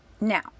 Now